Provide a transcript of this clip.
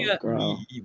girl